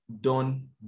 done